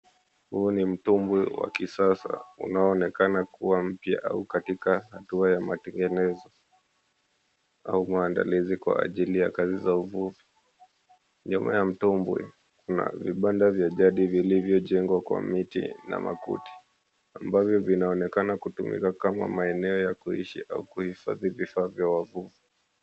Huu ni mtumbwi wa kisasa unaoonekana kuwa mpya au katika hatua ya matengenezo, au maandalizi kwa ajili ya kazi za uvuvi. Nyuma ya mtumbwi kuna vibanda vya jadi vilivyojengwa kwa miti na makuti, ambavyo vinaonekana kutumika kama maeneo ya kuishi au kuhifadhi vifaa vya wavuvi.